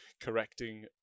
correcting